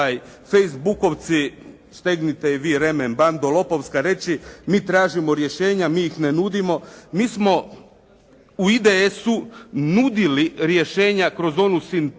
facebook-ovci, "Stegnite i vi remen, bando lopovska" reći, mi tražimo rješenja, mi ih ne nudimo. Mi smo u IDS-u nudili rješenja kroz onu sintagmu